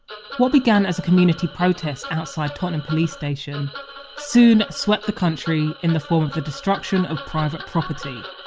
what began as a community protest outside tottenham police station soon swept the country in the form of the destruction of private property.